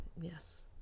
Yes